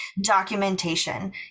documentation